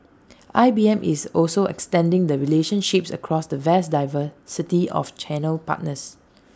I B M is also extending the relationships across the vast diversity of channel partners